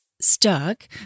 stuck